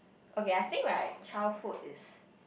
okay I think right childhood is